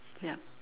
yup